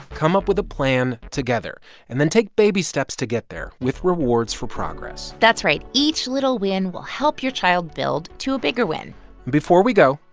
come up with a plan together and then take baby steps to get there with rewards for progress that's right. each little win will help your child build to a bigger win before we go,